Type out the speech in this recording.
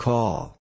Call